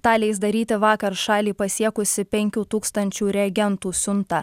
tą leis daryti vakar šalį pasiekusi penkių tūkstančių reagentų siunta